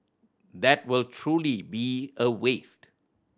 that will truly be a waste